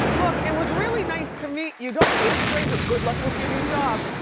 look, it was really nice to meet you. don't be a stranger. good luck with your new job.